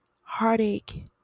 heartache